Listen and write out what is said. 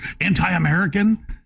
anti-american